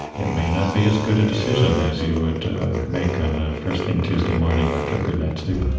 it may not be as good a decision as you would make on the first thing tuesday morning after a good night's sleep.